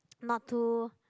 not too